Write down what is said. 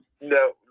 No